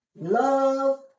love